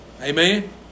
Amen